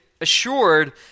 assured